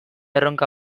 erronka